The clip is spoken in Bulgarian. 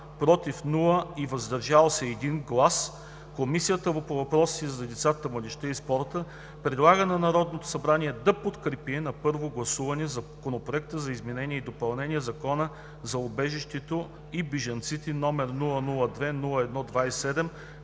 и 1 глас „въздържал се“ Комисията по въпросите на децата, младежта и спорта предлага на Народното събрание да подкрепи на първо гласуване Законопроект за изменение и допълнение на Закона за убежището и бежанците, № 002-01-27,